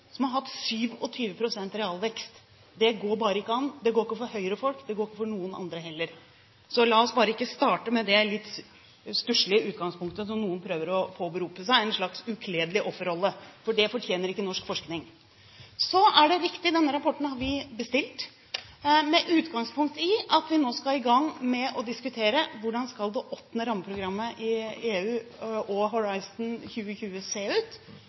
Det går bare ikke an! Det går ikke for Høyre-folk; det går heller ikke for noen andre. Så la oss bare ikke starte med det litt stusslige utgangspunktet som noen prøver å påberope seg, en slags ukledelig offerrolle, for det fortjener ikke norsk forskning. Så er det riktig at vi har bestilt denne rapporten, med utgangspunkt i at vi nå skal i gang med å diskutere hvordan det 8. rammeprogrammet i EU og Horizon 2020 skal se ut,